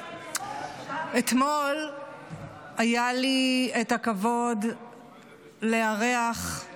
אתמול היה לי את הכבוד לארח אנשי עסקים.